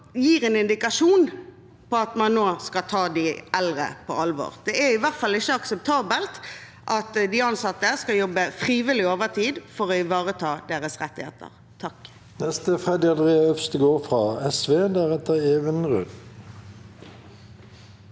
gir en indikasjon på at man nå skal ta de eldre på alvor. Det er i hvert fall ikke akseptabelt at de ansatte skal jobbe frivillig overtid for å ivareta deres rettigheter.